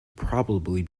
probably